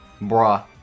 bruh